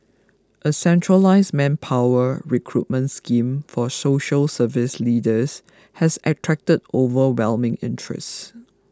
a centralised manpower recruitment scheme for social service leaders has attracted overwhelming interest